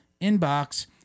inbox